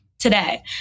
today